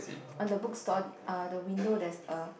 on the book store uh the window there's a